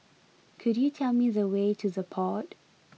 could you tell me the way to The Pod